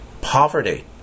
poverty